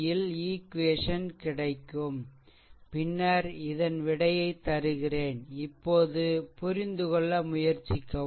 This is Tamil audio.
ல் ஈக்வேசன் கிடைக்கும் பின்னர் இதன் விடையை தருகிறேன் இப்போது புரிந்து கொள்ள முயற்சிக்கவும்